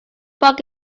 bug